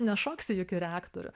nešoksi juk į reaktorių